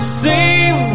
seem